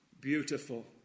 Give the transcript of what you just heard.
beautiful